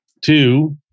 two